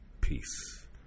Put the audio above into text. Peace